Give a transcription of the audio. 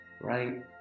Right